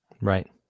Right